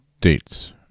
dates